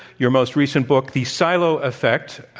your most recent book, the silo effect,